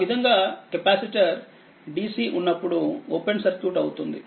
ఆ విధంగా capacitor DC ఉన్నప్పుడు ఓపెన్ సర్క్యూట్ అవుతుంది